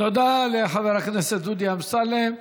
תודה לחבר הכנסת דודי אמסלם.